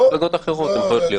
במפלגות אחרות הן יכולות להיות.